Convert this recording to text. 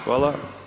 Hvala.